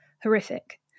horrific